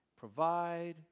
Provide